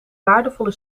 waardevolle